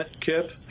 Kip